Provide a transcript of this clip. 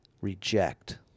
reject